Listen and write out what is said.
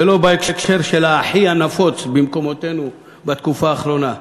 ולא בהקשר של ה"אחי" הנפוץ במקומותינו בתקופה האחרונה,